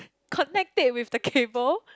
connect it with the cable